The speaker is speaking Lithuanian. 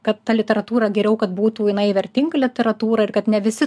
kad ta literatūra geriau kad būtų jinai vertinga literatūra ir kad ne visi